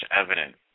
evident